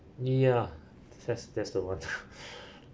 yeah that's that's the one